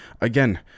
again